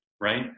right